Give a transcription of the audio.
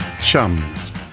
chums